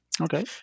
okay